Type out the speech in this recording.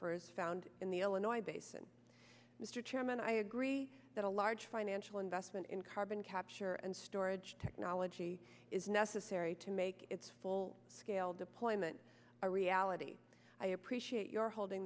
not found in the illinois basin mr chairman i agree that a large financial investment in carbon capture and storage technology is necessary to make its full scale deployment a reality i appreciate your holding